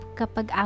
kapag